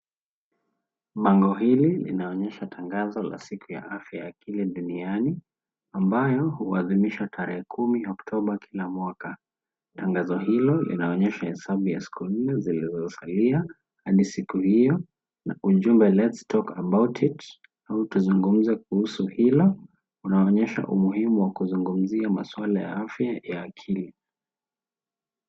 Bango hili linaonesha tangazo la siku ya afya ya akili duniani, ambayo huadhimishwa tarehe kumi oktoba kila mwaka. Tangazo hilo linaonyesha hesabu ya siku nne zilizosalia, hadi siku hiyo na ujumbe Let's Talk about it au tuzungumze kuhusu hilo, linaonesha umuhimu wa kuzungumzia maswala ya afya ya akili.